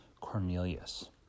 Cornelius